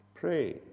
Pray